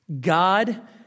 God